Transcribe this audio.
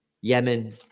Yemen